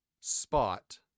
spot